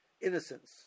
innocence